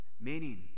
meaning